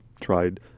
tried